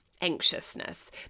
anxiousness